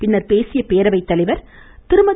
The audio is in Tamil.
பின்னர் பேசிய பேரவைத் தலைவர் திருமதி